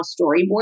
storyboard